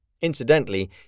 Incidentally